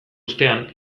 ostean